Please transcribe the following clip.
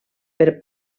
per